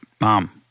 mom